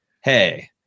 hey